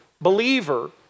believer